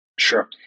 Sure